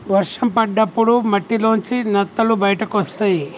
వర్షం పడ్డప్పుడు మట్టిలోంచి నత్తలు బయటకొస్తయ్